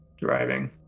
driving